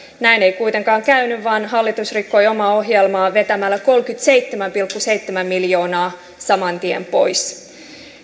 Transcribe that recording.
näin ei kuitenkaan käynyt vaan hallitus rikkoi omaa ohjelmaa vetämällä kolmekymmentäseitsemän pilkku seitsemän miljoonaa saman tien pois